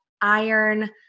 iron